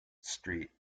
street